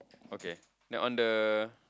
okay then on the